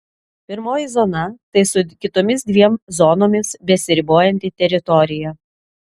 pirmoji zona tai su kitomis dviem zonomis besiribojanti teritorija